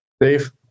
Dave